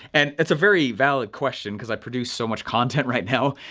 and it's a very valid question cause i produce so much content right now.